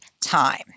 time